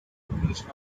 population